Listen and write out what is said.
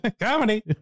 Comedy